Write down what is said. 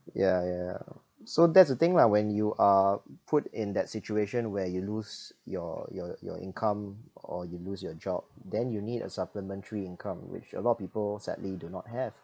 ya ya so that's the thing lah when you are put in that situation where you lose your your your income or you lose your job then you need a supplementary income which a lot of people sadly do not have